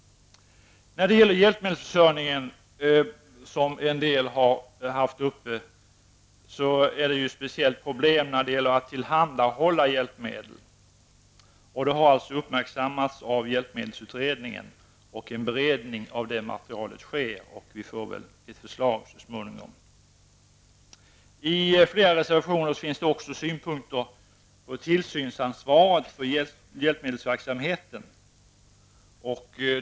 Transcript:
När det gäller hjälpmedelsförsörjningen, som en del har talat om, är det speciella problem. Problemen att tillhandahålla hjälpmedel har uppmärksammats av hjälpmedelsutredningen. En beredning av det materialet sker, och vi får väl så småningom ett förslag. I flera reservationer finns det också synpunkter på tillsynsansvaret för hjälpmedelsverksamheten.